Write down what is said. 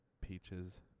peaches